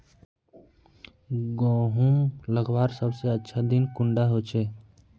गहुम लगवार सबसे अच्छा दिन कुंडा होचे?